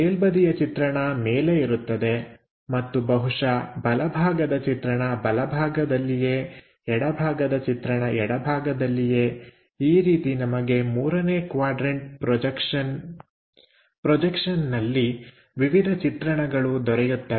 ಮೇಲ್ಬದಿಯ ಚಿತ್ರಣ ಮೇಲೆ ಇರುತ್ತದೆ ಮತ್ತು ಬಹುಶಃ ಬಲಭಾಗದ ಚಿತ್ರಣ ಬಲಭಾಗದಲ್ಲಿಯೇ ಎಡಭಾಗದ ಚಿತ್ರದ ಎಡಭಾಗದಲ್ಲಿಯೇ ಈ ರೀತಿ ನಮಗೆ ಮೂರನೇ ಕ್ವಾಡ್ರನ್ಟ ಪ್ರೊಜೆಕ್ಷನ್ನಲ್ಲಿ ವಿವಿಧ ಚಿತ್ರಣಗಳು ದೊರೆಯುತ್ತವೆ